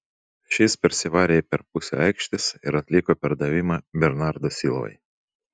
šis persivarė jį per pusę aikštės ir atliko perdavimą bernardo silvai